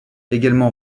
également